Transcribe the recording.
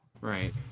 Right